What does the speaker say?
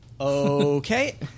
Okay